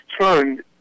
turned